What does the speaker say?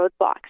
roadblocks